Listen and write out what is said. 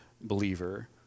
believer